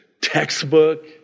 textbook